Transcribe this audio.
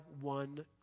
one